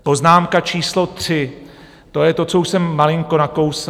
Poznámka číslo tři: to je to, co už jsem malinko nakousl.